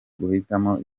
guhitamo